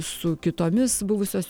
su kitomis buvusios